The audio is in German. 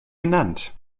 genannt